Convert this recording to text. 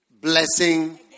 Blessing